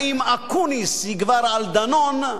האם אקוניס יגבר על דנון,